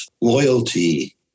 loyalty